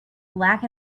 black